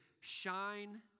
shine